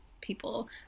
people